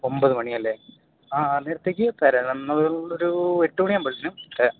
ഒൻപതു മണി അല്ലേ ആ അന്നേരത്തേക്ക് തരാം അന്ന് നമ്മളൊരു എട്ടു മണിയാകുമ്പോഴത്തേനും തരാം